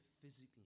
physically